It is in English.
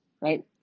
right